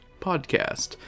podcast